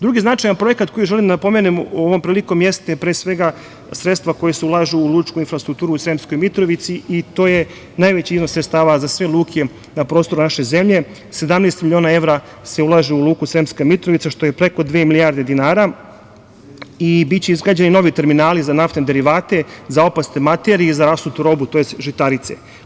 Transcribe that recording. Drugi značajan projekat, koji želim da napomenem ovom prilikom, jeste pre svega, sredstva koja se ulažu u lučku infrastrukturu, u Sremskoj Mitrovici i to je najveći iznos sredstava za sve luke, na prostoru naše zemlje, 17 miliona evra se ulaže u luku Sremska Mitrovica, što je preko dve milijarde dinara i biće izgrađeni i novi terminali za naftne derivate, za opasne materije, za rasutu robu, tj. žitarice.